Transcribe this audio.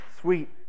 Sweet